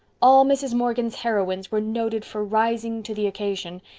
all mrs. morgan's heroines were noted for rising to the occasion.